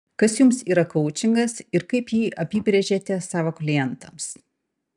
kas jums yra koučingas ir kaip jį apibrėžiate savo klientams